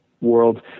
world